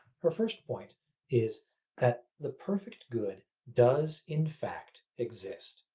her first point is that the perfect good does in fact exist.